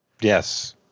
Yes